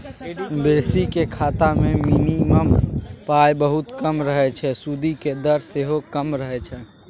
basic खाता मे minimum पाइ बहुत कम रहय छै सुदिक दर सेहो कम रहय छै